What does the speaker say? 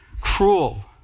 cruel